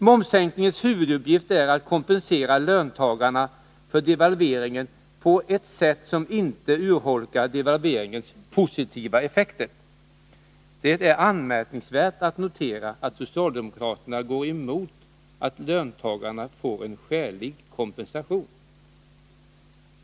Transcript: Momssänkningens huvuduppgift är att kompensera löntagarna för devalveringen på ett sätt som inte urholkar devalveringens positiva effekt. Det är anmärkningsvärt att notera att socialdemokraterna går emot att löntagarna får en skälig kompensation.